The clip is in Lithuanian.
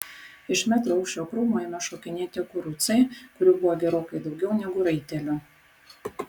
iš metro aukščio krūmų ėmė šokinėti kurucai kurių buvo gerokai daugiau negu raitelių